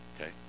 okay